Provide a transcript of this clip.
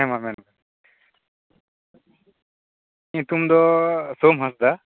ᱦᱮᱸ ᱢᱟ ᱢᱮᱱᱵᱮᱱ ᱧᱩᱛᱩᱢ ᱫᱚ ᱥᱳᱢ ᱦᱟᱸᱥᱫᱟ